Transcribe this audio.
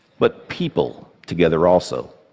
but people together also.